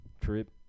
Trip